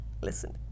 listen